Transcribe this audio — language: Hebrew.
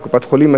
שקופת-החולים,